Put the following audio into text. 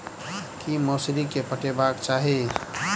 की मौसरी केँ पटेबाक चाहि?